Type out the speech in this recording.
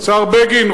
השר בגין,